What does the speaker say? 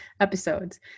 episodes